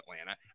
Atlanta